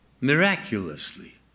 Miraculously